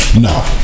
no